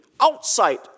outside